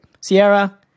Sierra